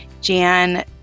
Jan